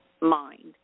mind